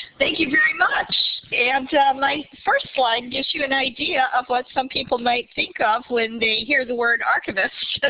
thank you very much. and my first line gives you an idea of what some people might think of when they hear the word archivist.